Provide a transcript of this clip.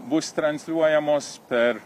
bus transliuojamos per